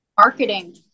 marketing